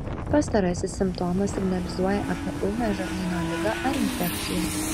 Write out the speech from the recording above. pastarasis simptomas signalizuoja apie ūmią žarnyno ligą ar infekciją